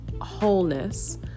wholeness